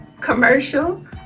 commercial